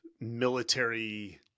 military